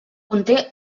conté